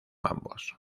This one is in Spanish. ambos